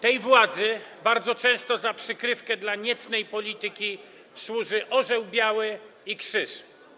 Tej władzy bardzo często za przykrywkę do niecnej polityki służy orzeł biały i krzyż.